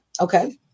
Okay